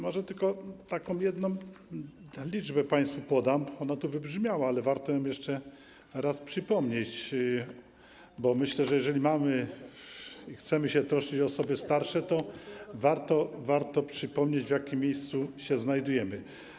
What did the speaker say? Może tylko taką jedną liczbę państwu podam, ona tu wybrzmiała, ale warto ją jeszcze raz przypomnieć, bo myślę, że jeżeli chcemy się troszczyć o osoby starsze, to warto przypomnieć, w jakim miejscu się znajdujemy.